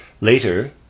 Later